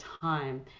time